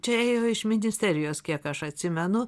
čia ėjo iš ministerijos kiek aš atsimenu